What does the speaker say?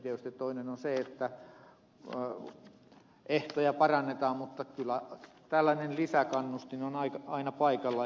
tietysti toinen on se että ehtoja parannetaan mutta kyllä tällainen lisäkannustin on aina paikallaan